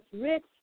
rich